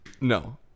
no